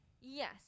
Yes